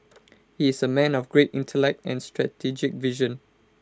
he is A man of great intellect and strategic vision